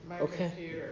Okay